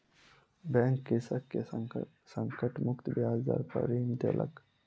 bank कृषक के संकट मुक्त ब्याज दर पर ऋण देलक